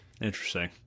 Interesting